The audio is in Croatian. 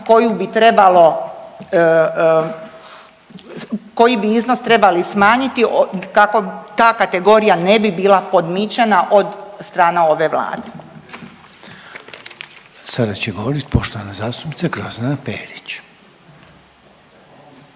koji bi iznos trebali smanjiti kako ta kategorija ne bi bila podmićena od strana ove Vlade. **Reiner, Željko (HDZ)** Sada će govoriti poštovana zastupnica Grozdana Perić.